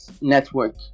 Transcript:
network